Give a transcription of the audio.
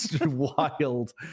wild